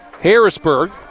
Harrisburg